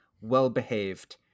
well-behaved